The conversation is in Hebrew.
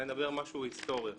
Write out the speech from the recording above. אני מדבר על משהו היסטורי עכשיו.